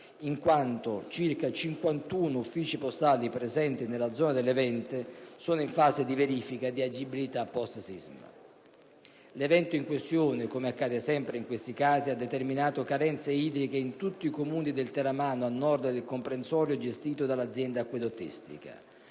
in quanto 51 uffici postali presenti nella zona dell'evento sono in fase di verifica di agibilità post-sisma. L'evento in questione - come sempre accade in questi casi - ha determinato carenze idriche in tutti i Comuni del teramano a nord del comprensorio gestito dall'Azienda acquedottistica,